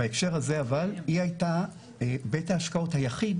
בהקשר הזה היא היתה בית ההשקעות היחיד